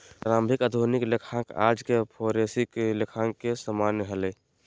प्रारंभिक आधुनिक लेखांकन आज के फोरेंसिक लेखांकन के समान हलय